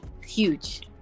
Huge